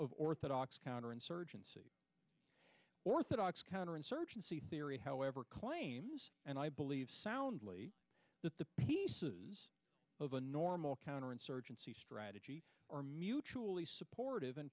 of orthodox counterinsurgency orthodox counterinsurgency theory however claims and i believe soundly that the pieces of a normal counterinsurgency strategy are mutually supportive and